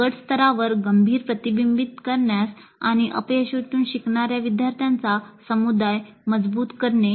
गट स्तरावर गंभीर प्रतिबिंबित करण्यास आणि अपयशातून शिकणाऱ्या विद्यार्थ्यांचा समुदाय मजबूत करणे